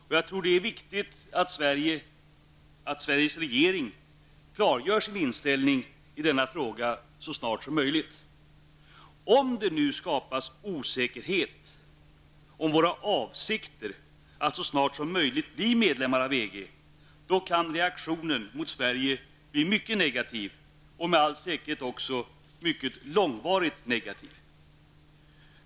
Jag tror att det är viktigt att Sveriges regering klargör sin inställning i denna fråga så snart som möjligt. Skulle det nu skapas osäkerhet om vår avsikt att så snart som möjligt bli medlem av EG, kan reaktionen mot Sverige bli mycket negativ och med all säkerhet också mycket långvarigt negativ.